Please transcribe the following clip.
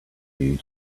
due